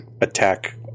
attack